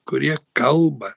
kurie kalba